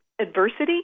Adversity